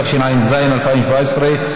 התשע"ז 2017,